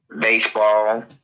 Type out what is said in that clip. baseball